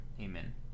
Amen